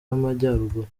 y’amajyaruguru